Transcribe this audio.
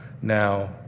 now